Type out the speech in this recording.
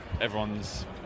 everyone's